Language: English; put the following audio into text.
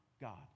God